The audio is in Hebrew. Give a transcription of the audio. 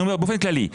אני אומר באופן כללי.